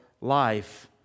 life